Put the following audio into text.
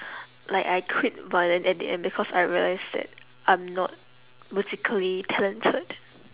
like I quit violin at the end because I realised that I'm not musically talented